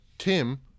Tim